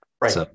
Right